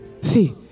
See